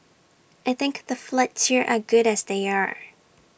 I think the flats here are good as they are